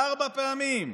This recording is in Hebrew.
ארבע פעמים,